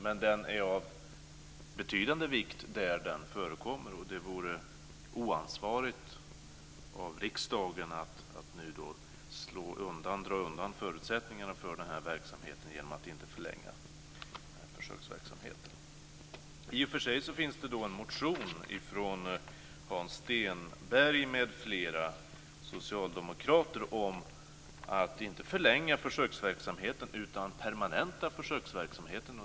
Men den är av betydande vikt där den förekommer, och det vore oansvarigt av riksdagen att nu dra undan dess förutsättningar genom att inte förlänga denna försöksverksamhet. I och för sig finns det en motion från Hans Stenberg m.fl. socialdemokrater om att inte förlänga försöksverksamheten utan permanenta den.